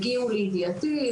הגיעו לידיעתי,